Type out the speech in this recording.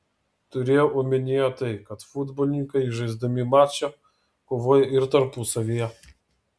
turėjau omenyje tai kad futbolininkai žaisdami mačą kovoja ir tarpusavyje